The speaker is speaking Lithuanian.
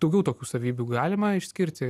daugiau tokių savybių galima išskirti